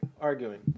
arguing